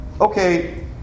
Okay